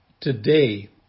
Today